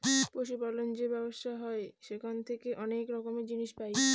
পশু পালন যে ব্যবসা হয় সেখান থেকে অনেক রকমের জিনিস পাই